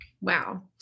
Wow